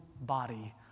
body